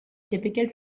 typical